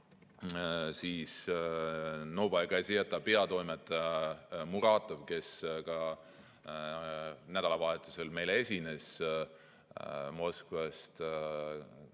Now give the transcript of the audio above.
ka Novaja Gazeta peatoimetaja Muratov, kes ka nädalavahetusel meile esines Moskvast,